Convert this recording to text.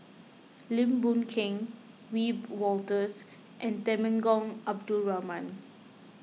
Lim Boon Keng Wiebe Wolters and Temenggong Abdul Rahman